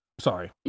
sorry